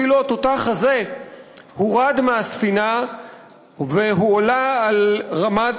אפילו התותח הזה הורד מהספינה והועלה על רמת